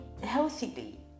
healthily